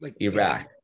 Iraq